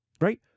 right